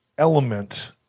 element